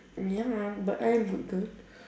ya but I am a good girl